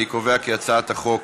אני קובע כי הצעת חוק